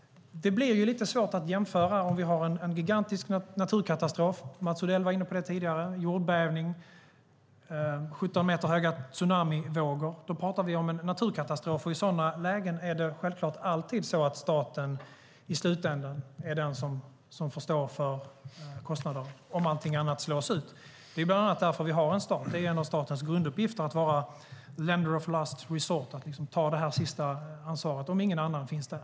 Det blir lite svårt att jämföra med en gigantisk naturkatastrof med jordbävning och 17 meter höga tsunamivågor. Då pratar vi om en naturkatastrof. I sådana lägen är det självfallet alltid staten som i slutändan får stå för kostnaderna om allting annat slås ut. Det är bland annat därför vi har en stat. Det är en av statens grunduppgifter att vara the lender of last resort, den som tar det yttersta ansvaret, om ingen annan finns där.